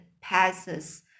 passes